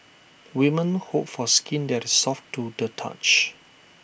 women hope for skin that is soft to the touch